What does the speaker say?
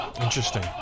Interesting